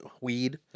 weed